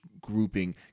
grouping